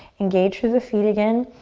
engage through the feet again.